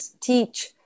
teach